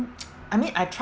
I mean I tried